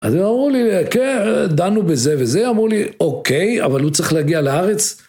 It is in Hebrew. אז הם אמרו לי, כן, דנו בזה וזה, אמרו לי, אוקיי, אבל הוא צריך להגיע לארץ.